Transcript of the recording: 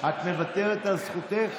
את מוותרת על זכותך?